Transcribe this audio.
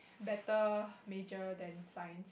better major than science